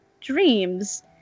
dreams